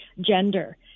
gender